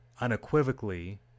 unequivocally